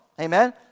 Amen